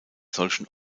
solchen